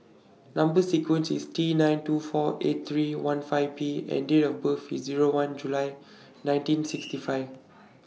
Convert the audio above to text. Number sequence IS T nine two four eight three one five P and Date of birth IS Zero one July nineteen sixty five